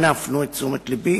אנא הפנו את תשומת לבי.